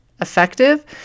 effective